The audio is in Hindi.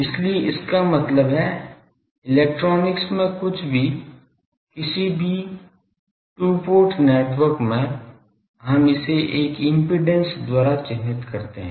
इसलिए इसका मतलब है इलेक्ट्रॉनिक्स में कुछ भी किसी भी 2 पोर्ट नेटवर्क में हम इसे एक इम्पीडेन्स द्वारा चिह्नित करते हैं